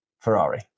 Ferrari